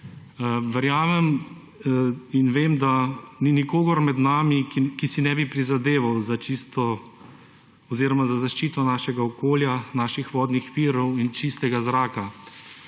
Verjamem in vem, da ni nikogar med nami, ki si ne bi prizadeval za čisto okolje oziroma za zaščito našega okolja, naših vodnih virov in čistega zraka.